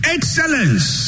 Excellence